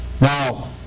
now